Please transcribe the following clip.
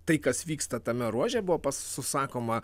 tai kas vyksta tame ruože buvo pa susakoma